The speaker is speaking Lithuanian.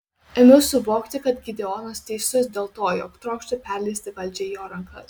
ėmiau suvokti kad gideonas teisus dėl to jog trokštu perleisti valdžią į jo rankas